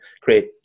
create